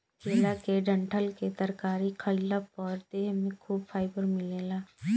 केला के डंठल के तरकारी खइला पर देह में खूब फाइबर मिलेला